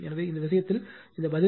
எனவே இந்த விஷயத்தில் இந்த பதில் 12